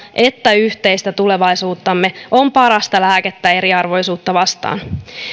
että yhteistä tulevaisuuttamme on parasta lääkettä eriarvoisuutta vastaan